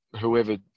whoever